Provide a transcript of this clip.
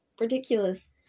ridiculous